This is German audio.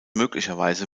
möglicherweise